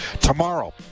Tomorrow